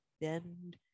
bend